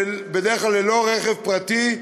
בדרך כלל ללא רכב פרטי,